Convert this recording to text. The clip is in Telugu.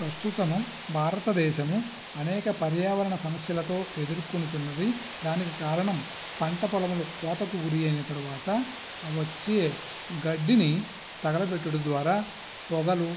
ప్రస్తుతము భారత దేశము అనేక పర్యావరణ సమస్యలతో ఎదుర్కొనుచున్నది దానికి కారణం పంట పొలములు కోతకు గురి అయిన తరువాత అవి వచ్చి గడ్డిని తగలపెట్టడం ద్వారా పొగలు